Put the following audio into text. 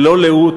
ללא לאות,